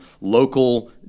local